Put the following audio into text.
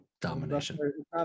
domination